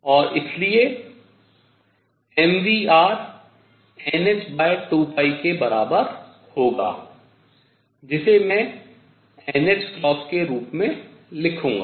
और इसलिए mvr nh2π के बराबर होगा जिसे मैं nℏ के रूप में लिखूंगा